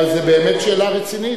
אבל זו באמת שאלה רצינית.